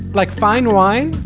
like fine wine.